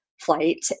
flight